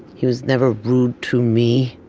he was never rude to me,